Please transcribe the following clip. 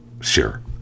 sure